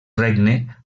regne